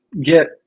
get